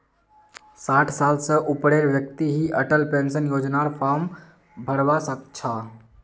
साठ साल स ऊपरेर व्यक्ति ही अटल पेन्शन योजनार फार्म भरवा सक छह